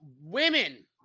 women